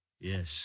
Yes